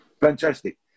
fantastic